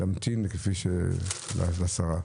נמתין לשרה.